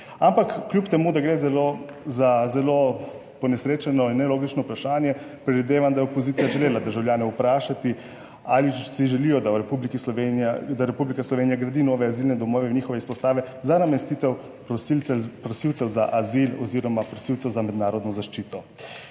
ampak kljub temu, da gre za zelo ponesrečeno in nelogično vprašanje, predvidevam, da je opozicija želela državljane vprašati ali si želijo, da v Republiki Sloveniji, da Republika Slovenija gradi nove azilne domove in njihove izpostave za namestitev prosilcev, prosilcev za azil oziroma prosilcev za mednarodno zaščito.